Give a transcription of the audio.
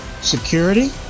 security